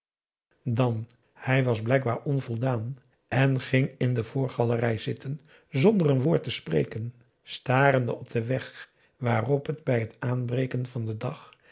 dan hij was blijkbaar onvoldaan en ging in de voorgalerij zitten zonder een woord te spreken starende op den weg waarop het bij t aanbreken van den dag